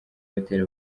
batera